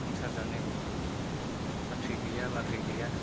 संसार जानायाव साख्रि गैया बाख्रि गैया